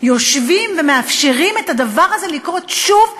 יושבים ומאפשרים לדבר הזה לקרות שוב ושוב.